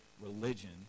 religion